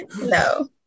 no